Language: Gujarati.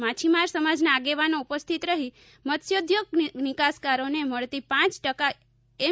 માછીમાર સમાજના આગેવાનો ઉપસ્થિત રહી મત્સ્યોદ્યોગ નિકાસકારોને મળતી પાંચ ટકા એમ